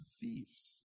thieves